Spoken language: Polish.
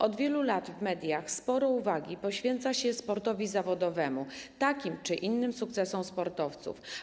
Od wielu lat w mediach sporo uwagi poświęca się sportowi zawodowemu, takim czy innym sukcesom sportowców.